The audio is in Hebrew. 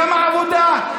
גם העבודה,